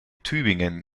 tübingen